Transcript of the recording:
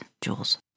Jules